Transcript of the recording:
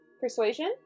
Persuasion